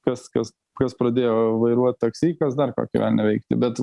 kas kas kas pradėjo vairuot taksi kas dar kokį velnią veikti bet